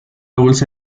bolsa